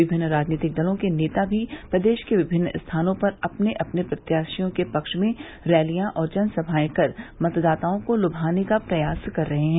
विभिन्न राजनीतिक दलों के नेता भी प्रदेश के विभिन्न स्थानों पर अपने अपने प्रत्याशियों के पक्ष में रैलियां और जनसभाएं कर मतदाताओं को लुमाने का प्रयास कर रहे हैं